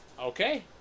Okay